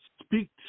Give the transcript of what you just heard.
speak